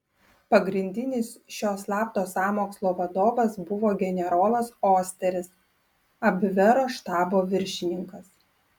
pagrindinis šio slapto sąmokslo vadovas buvo generolas osteris abvero štabo viršininkas